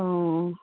অঁ